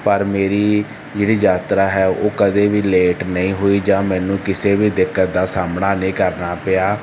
ਪਰ ਮੇਰੀ ਜਿਹੜੀ ਯਾਤਰਾ ਹੈ ਉਹ ਕਦੇ ਵੀ ਲੇਟ ਨਹੀਂ ਹੋਈ ਜਾਂ ਮੈਨੂੰ ਕਿਸੇ ਵੀ ਦਿੱਕਤ ਦਾ ਸਾਹਮਣਾ ਨਹੀਂ ਕਰਨਾ ਪਿਆ